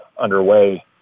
underway